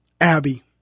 Abby